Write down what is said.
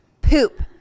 Poop